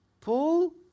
Paul